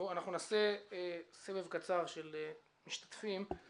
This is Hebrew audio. נעשה סבב קצר של משתתפים.